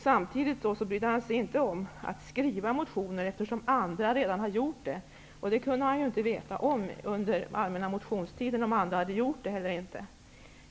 Samtidigt bryr han sig inte om att skriva motioner, eftersom andra redan har gjort det. Men under allmänna motionstiden kunde han ju inte veta om andra skulle göra det eller inte.